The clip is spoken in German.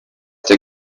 der